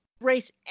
race